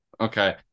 Okay